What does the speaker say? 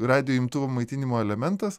radijo imtuvo maitinimo elementas